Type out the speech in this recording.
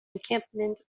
encampment